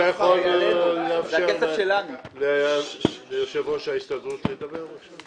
אתה יכול לאפשר ליושב-ראש ההסתדרות לדבר בבקשה?